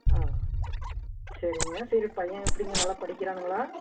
ஆ சரிங்க சரி பையன் எப்படிங்க நல்லா படிக்கிறானுங்களா